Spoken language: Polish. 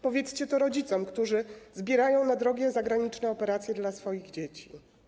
Powiedzcie to rodzicom, którzy zbierają na drogie zagraniczne operacje dla swoich dzieci.